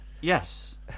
Yes